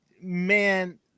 man